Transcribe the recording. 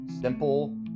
simple